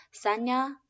Sanya